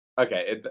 okay